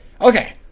Okay